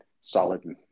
solid